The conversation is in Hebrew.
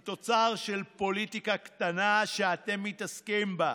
היא תוצר של פוליטיקה קטנה שאתם מתעסקים בה.